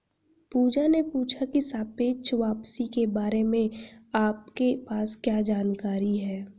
पूजा ने पूछा की सापेक्ष वापसी के बारे में आपके पास क्या जानकारी है?